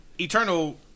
Eternal